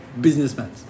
businessmen